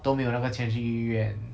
都没有那个钱去医院